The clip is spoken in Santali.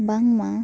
ᱵᱟᱝᱢᱟ